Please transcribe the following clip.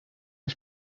ich